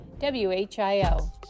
WHIO